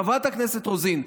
חברת הכנסת רוזין,